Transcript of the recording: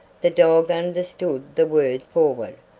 the dog understood the word forward,